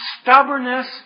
stubbornness